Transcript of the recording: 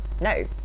no